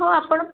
ହଁ ଆପଣ